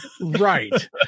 right